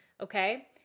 Okay